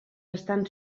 estan